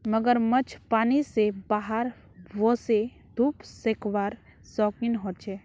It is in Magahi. मगरमच्छ पानी से बाहर वोसे धुप सेकवार शौक़ीन होचे